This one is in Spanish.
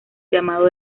llamado